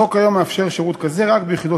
החוק כיום מאפשר שירות כזה רק ביחידות